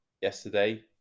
yesterday